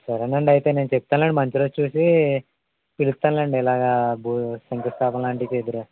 సరేనండి అయితే నేను చెప్తానులెండి మంచి రోజు చూసి పిలుస్తానులెండి ఇలాగ శంకుస్థాపన లాంటిది చేద్దురుగాని